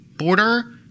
border